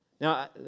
Now